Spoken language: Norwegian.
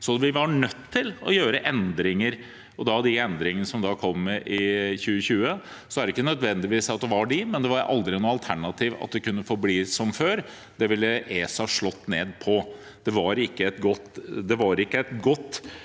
Vi var altså nødt til å gjøre endringer – og da de endringene som kom i 2020. Det var ikke nødvendigvis disse, men det var aldri noe alternativ at det kunne forbli som før. Det ville ESA slått ned på – det var ikke et godt